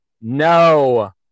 No